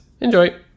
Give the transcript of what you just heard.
Enjoy